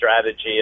strategy